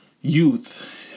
youth